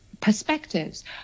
perspectives